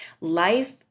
Life